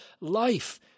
life